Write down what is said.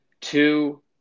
Two